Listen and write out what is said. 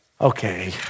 okay